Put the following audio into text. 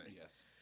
Yes